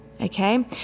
okay